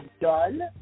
done